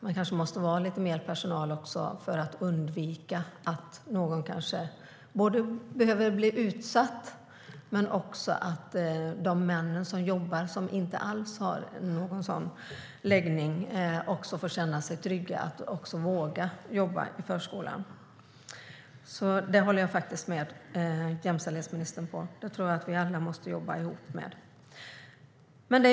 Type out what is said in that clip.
Det kanske måste vara lite mer personal inom förskolan för att undvika att någon blir utsatt och för att män som inte alls har en avvikande läggning ska känna sig trygga och våga jobba i förskolan. Det håller jag med jämställdhetsministern om. Detta tror jag att vi alla måste jobba tillsammans med.